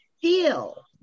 feel